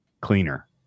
cleaner